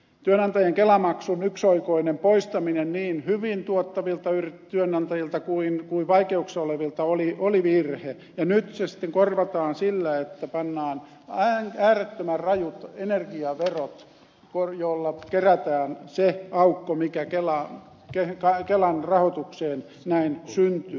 työnantajien kelamaksun yksioikoinen poistaminen niin hyvin tuottavilta työnantajilta kuin vaikeuksissa olevilta oli virhe ja nyt se sitten korvataan sillä että pannaan äärettömän rajut energiaverot joilla kerätään se aukko mikä kelan rahoitukseen näin syntyi